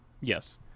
Yes